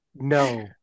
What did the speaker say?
No